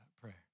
prayer